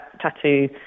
tattoo